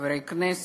חברי כנסת,